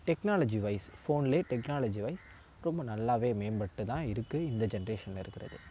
technology wise ஃபோன்லே technology wise ரொம்ப நல்லாவே மேம்பட்டுதான் இருக்குது இந்த ஜென்ரேஷனில் இருக்குகிறது